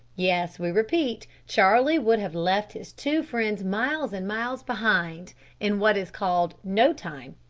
yes, we repeat, charlie would have left his two friends miles and miles behind in what is called no time,